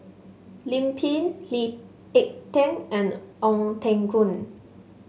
Lim Pin Lee Ek Tieng and Ong Teng Koon